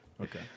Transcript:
okay